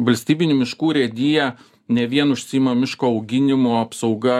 valstybinių miškų urėdija ne vien užsiima miško auginimo apsauga